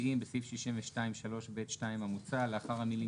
מציעים בסעיף 62(3ב)(2) המוצע לאחר המילים